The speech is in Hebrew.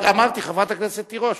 חברת הכנסת תירוש,